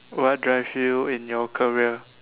what drives you in your career